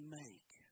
make